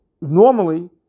normally